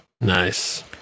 Nice